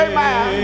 Amen